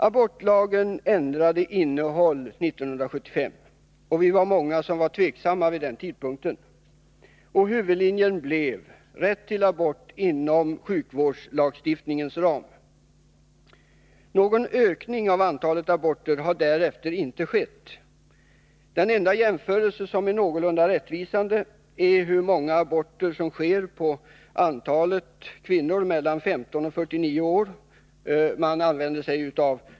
Abortlagen ändrade innehåll 1975 — vi var många som var tveksamma vid den tidpunkten — och huvudlinjen blev rätt till abort inom sjukvårdslagstiftningens ram. Någon ökning av antalet aborter har därefter inte skett. Den enda jämförelse som är någorlunda rättvisande är hur många aborter som sker per 1 000 kvinnor mellan 15 och 49 år.